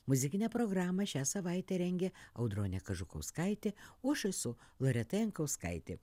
muzikinę programą šią savaitę rengia audronė kažukauskaitė o aš esu loreta jankauskaitė